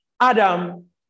Adam